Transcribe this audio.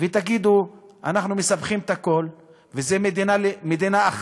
ותגידו: אנחנו מספחים את הכול וזו מדינה אחת,